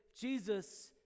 Jesus